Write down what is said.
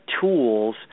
tools